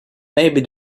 maybe